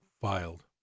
filed